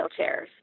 wheelchairs